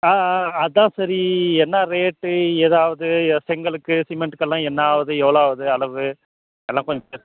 ஆ ஆ அதுதான் சரி என்னா ரேட்டு எதாவது செங்கலுக்கு சிமிண்ட்டுகெல்லாம் என்ன ஆகுது எவ்வளோ ஆகுது அளவு